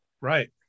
Right